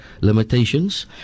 limitations